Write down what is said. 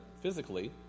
physically